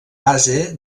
base